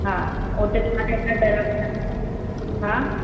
हा उते हा